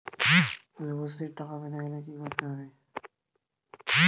যুবশ্রীর টাকা পেতে গেলে কি করতে হবে?